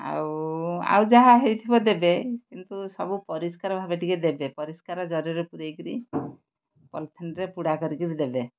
ଆଉ ଆଉ ଯାହା ହେଇଥିବ ଦେବେ କିନ୍ତୁ ସବୁ ପରିଷ୍କାର ଭାବେ ଟିକେ ଦେବେ ପରିଷ୍କାର ଜରିରେ ପୁରେଇକିରି ପଲଥିନରେ ପୁଡ଼ା କରିକିରି ଦେବେ